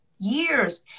years